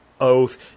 oath